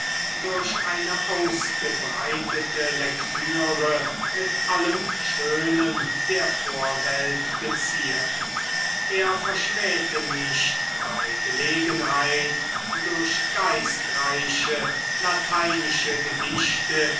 durch eine ausgebreitete lektüre mit allem schönen der vorwelt geziert er verschmähte nicht bei gelegenheit durch geistreiche lateinische gedichte